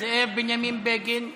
זאב בנימין בגין.